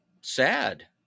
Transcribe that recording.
sad